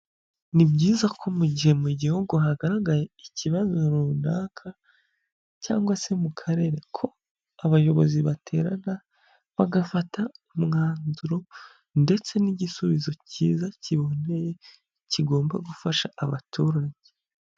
Ni byiza ko mu gihe mu gihugu hagaragaye ikibazo runaka cyangwa se mu karere ko abayobozi baterana bagafata umwanzuro ndetse n'igisubizo cyiza kiboneye kigomba gufasha abaturage.